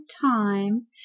time